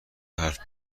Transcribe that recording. حرف